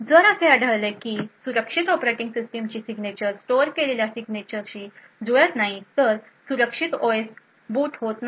जर असे आढळले की सुरक्षित ऑपरेटिंग सिस्टमची सिग्नेचर स्टोअर केलेल्या सिग्नेचरशी जुळत नाही तर सुरक्षित ओएस बूट होत नाही